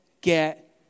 get